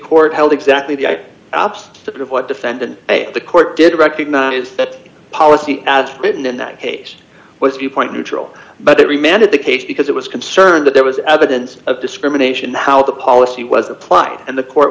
court held exactly the opposite to prove what defendant the court did recognize that policy as written in that case was viewpoint neutral but every man in the case because it was concerned that there was evidence of discrimination how the policy was applied and the court